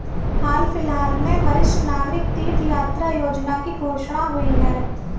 हाल फिलहाल में वरिष्ठ नागरिक तीर्थ यात्रा योजना की घोषणा हुई है